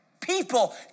People